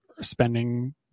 spending